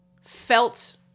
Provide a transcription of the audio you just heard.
felt